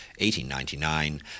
1899